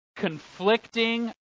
conflicting